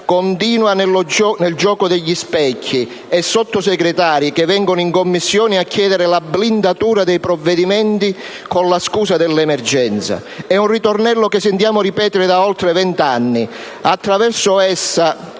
continua nel gioco degli specchi e i Sottosegretari vengono in Commissione a chiedere la blindatura dei provvedimenti con la scusa dell'emergenza. È un ritornello che sentiamo ripetere da oltre vent'anni. Attraverso essa